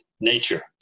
nature